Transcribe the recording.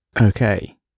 Okay